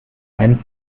einen